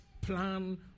plan